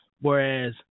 whereas